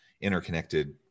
interconnected